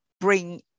bring